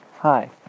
Hi